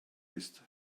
ist